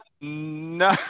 No